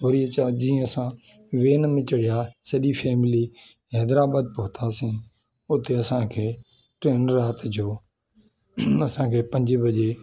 वरी छा जीअं असां वेन में चढ़िया सॼी फैमिली हैदराबाद पहुंतासीं उते असांखे ट्रेन रात जो असांखे पंज बजे